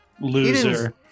Loser